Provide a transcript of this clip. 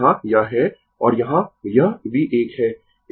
यहां यह है और यहां यह V 1 है